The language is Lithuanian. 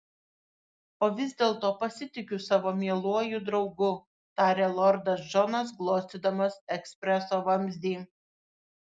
o vis dėlto pasitikiu savo mieluoju draugu tarė lordas džonas glostydamas ekspreso vamzdį